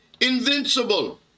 invincible